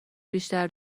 بیشتر